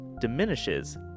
diminishes